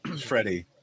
Freddie